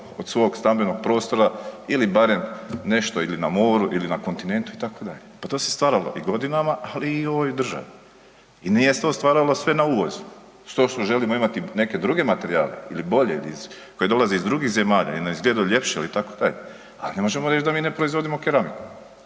od svog stambenog prostora ili barem nešto ili na moru ili na kontinentu itd., pa to se stvaralo i godinama ali i u ovoj državi i nije se stvaralo sve na uvozu. To što želimo imati neke druge materijale ili bolje koje dolaze iz drugih zemalja jer nam izgledaju ljepše itd., ali ne možemo reći da mi ne proizvodimo keramiku.